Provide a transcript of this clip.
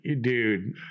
dude